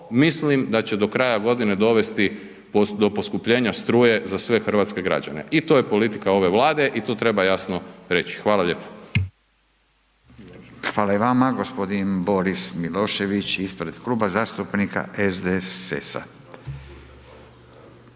mislim da će do kraja dovesti do poskupljenja struje za sve hrvatske građane i to je politika ove Vlade i to treba jasno reći. Hvala lijepo. **Radin, Furio (Nezavisni)** Hvala i vama. G. Boris Milošević ispred Kluba zastupnika SDSS-a.